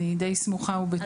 אני די סמוכה ובטוחה.